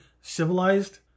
civilized